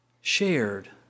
shared